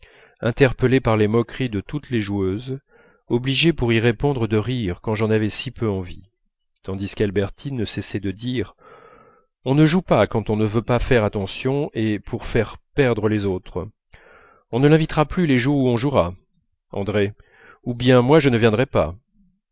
interpellé par les moqueries de toutes les joueuses obligé pour y répondre de rire quand j'en avais si peu envie tandis qu'albertine ne cessait de dire on ne joue pas quand on ne veut pas faire attention et pour faire perdre les autres on ne l'invitera plus les jours où on jouera andrée ou bien moi je ne viendrai pas